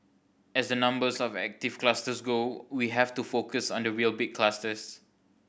as the numbers of active clusters go we have to focus on the real big clusters